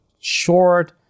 short